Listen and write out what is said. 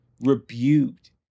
rebuked